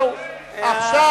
עכשיו,